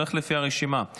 אני הולך לפי הרשימה.